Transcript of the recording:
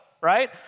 right